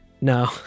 no